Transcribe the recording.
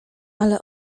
ale